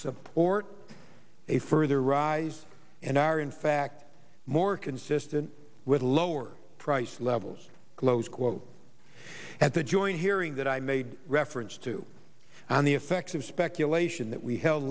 support a further rise and are in fact more consistent with lower price levels close quote at a joint hearing that i made reference to on the effects of speculation that we held